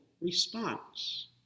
response